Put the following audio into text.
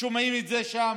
שומעים את זה שם,